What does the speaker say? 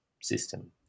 system